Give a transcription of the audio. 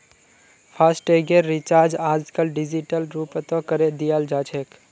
फासटैगेर recharge आजकल digital रूपतों करे दियाल जाछेक